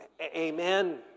Amen